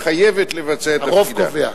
הרוב קובע.